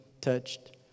touched